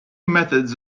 methods